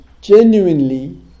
genuinely